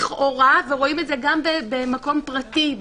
לכאורה ורואים את זה גם במקום פרטי,